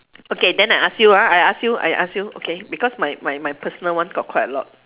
okay then I ask you ah I ask you I ask you okay because my my my personal one got quite a lot